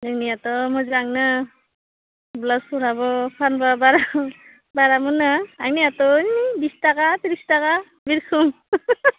नोंनियाथ' मोजांनो ब्लाउसफोराबो फानब्ला बारा बारा मोनो आंनियाथ' ओइ बिस थाखा त्रिस थाखा बि रोखोम